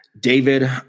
david